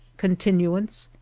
continuance,